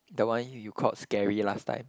the one you called scary last time